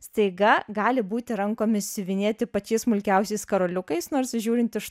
staiga gali būti rankomis siuvinėti pačiais smulkiausiais karoliukais nors žiūrint iš